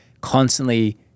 constantly